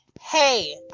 Hey